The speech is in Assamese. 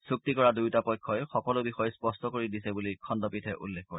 চূক্তি কৰা দুয়োটা পক্ষই সকলো বিষয় স্পষ্ট কৰি দিছে বুলি খণ্ডপীঠে উল্লেখ কৰে